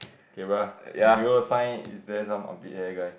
okay bro below the sign is there some armpit hair guy